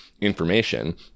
information